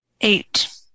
Eight